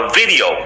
video